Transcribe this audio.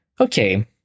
Okay